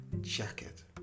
jacket